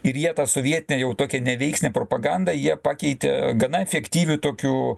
ir jie tą sovietinę jau tokią neveiksnią propagandą jie pakeitė gana efektyviu tokiu